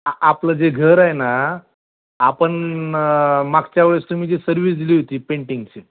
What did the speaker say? आपलं जे घर आहे ना आपण मागच्या वेळेस तुम्ही जी सर्विस दिली होती पेंटिंगची